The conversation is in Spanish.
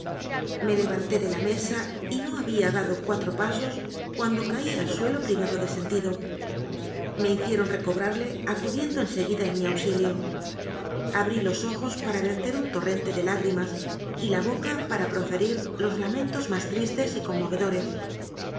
me levanté de la mesa y no había dado cuatro pasos cuando caí al suelo pri vado de sentido me hicieron recobrarle acudiendo en seguida en mi auxilio abrí los ojos para ver ter un torrente de lágrimas y la boca para profe rir los lamentos más tristes y conmovedores